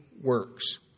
works